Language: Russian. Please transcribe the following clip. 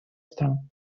стран